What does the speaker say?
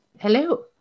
Hello